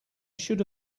should